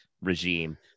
regime